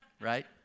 Right